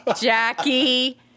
Jackie